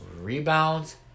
Rebounds